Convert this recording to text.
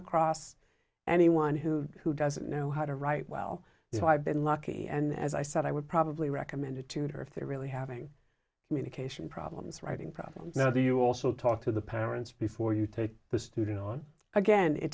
across anyone who who doesn't know how to write well so i've been lucky and as i said i would probably recommend a tutor if they're really having communication problems writing problems now do you also talk to the parents before you take the student on again it